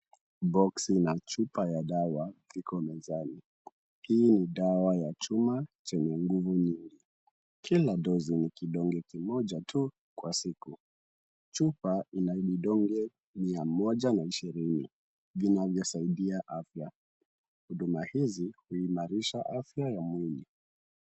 Boxi na chupa ya dawa iko mezani. Hii ni dawa ya chuma chenye nguvu nyingi. Kila dosi ni kidonge kimoja tu kwa siku. Chupa ina vidonge mia moja na ishirini vinavyosaidia afya. Huduma hizi huimarisha afya ya mwili.